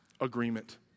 agreement